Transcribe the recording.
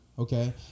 Okay